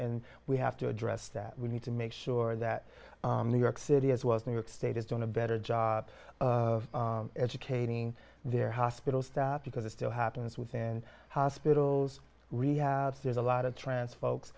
and we have to address that we need to make sure that new york city as well as new york state is doing a better job of educating their hospital staff because it still happens within hospitals rehabs there's a lot of trance folks